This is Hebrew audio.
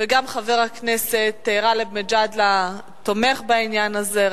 וגם חבר הכנסת גאלב מג'אדלה תומך בעניין הזה,